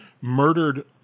murdered